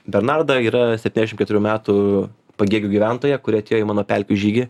bernarda yra septyniasdešimt keturių metų pagėgių gyventoja kuri atėjo į mano pelkių žygį